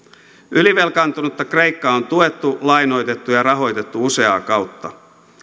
ylivelkaantunutta kreikkaa on tuettu lainoitettu ja rahoitettu useaa kautta